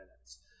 minutes